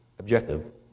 objective